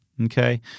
Okay